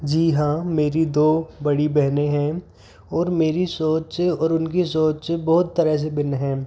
जी हाँ मेरी दो बड़ी बहने हैं और मेरी सोच से और उनकी सोच से बहुत तरह से भिन्न है